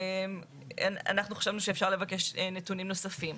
אנחנו חשבנו שאפשר לבקש נתונים נוספים.